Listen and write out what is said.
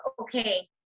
okay